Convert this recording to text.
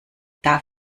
darf